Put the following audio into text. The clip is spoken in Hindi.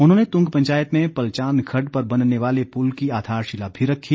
उन्होंने तुंग पंचायत में पलचान रवड्ड पर बनने वाले पुल की आधारशिला भी रखी